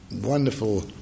Wonderful